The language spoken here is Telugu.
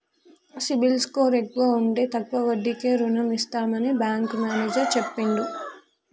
సిబిల్ స్కోర్ ఎక్కువ ఉంటే తక్కువ వడ్డీకే రుణం ఇస్తామని బ్యాంకు మేనేజర్ చెప్పిండు